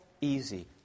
easy